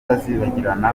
utazibagirana